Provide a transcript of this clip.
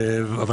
אבל,